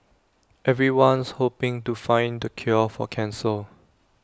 everyone's hoping to find the cure for cancer